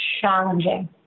challenging